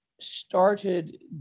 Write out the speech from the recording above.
started